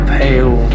pale